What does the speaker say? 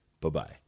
Bye-bye